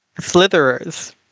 slitherers